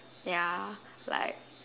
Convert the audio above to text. ya like